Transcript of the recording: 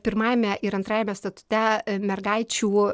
pirmajame ir antrajame statute mergaičių